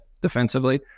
defensively